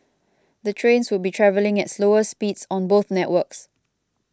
the trains would be travelling at slower speeds on both networks